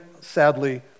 sadly